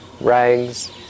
rags